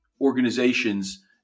organizations